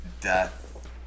death